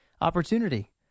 opportunity